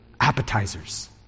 appetizers